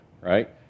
right